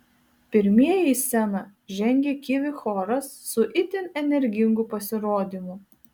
pirmieji į sceną žengė kivi choras su itin energingu pasirodymu